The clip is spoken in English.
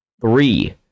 three